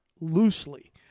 loosely